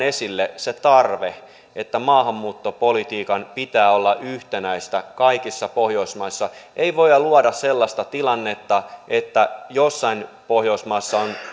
esille nimenomaan se tarve että maahanmuuttopolitiikan pitää olla yhtenäistä kaikissa pohjoismaissa ei voida luoda sellaista tilannetta että jossain pohjoismaassa on